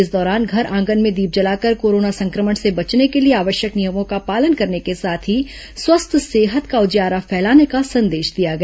इस दौरान घर आंगन में दीप जलाकर कोरोना संक्रमण से बचने के लिए आवश्यक नियमों का पालन करने के साथ ही स्वस्थ सेहत का उजियारा फैलाने का संदेश दिया गया